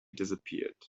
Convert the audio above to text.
disappeared